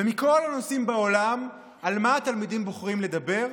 ומכל הנושאים בעולם על מה התלמידים בוחרים לדבר?